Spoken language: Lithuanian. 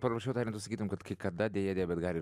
paruošiau talentus sakytum kad kai kada deja deja bet gali